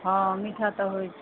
हँ मीठा तऽ होइत छै